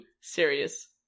serious